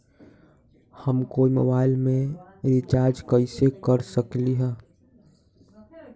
हम कोई मोबाईल में रिचार्ज कईसे कर सकली ह?